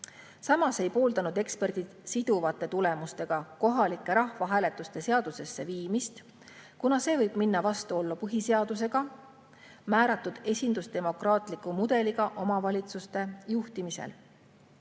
Samas ei pooldanud eksperdid siduvate tulemustega kohalike rahvahääletuste seadusesse sisseviimist, kuna see võib minna vastuollu põhiseadusega määratud esindusdemokraatliku mudeliga omavalitsuste juhtimisel.